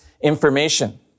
information